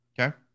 Okay